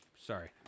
sorry